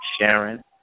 Sharon